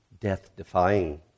death-defying